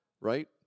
right